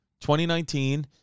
2019